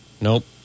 Nope